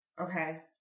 Okay